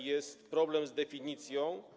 Jest problem z definicją.